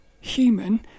human